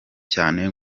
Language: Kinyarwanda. cyane